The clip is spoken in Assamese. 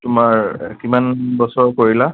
তোমাৰ কিমান বছৰ কৰিলা